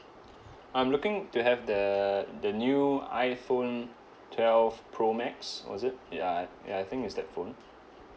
I'm looking to have the the new iphone twelve pro max or is it ya ya I think it's that phone